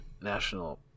national